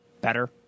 better